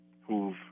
who've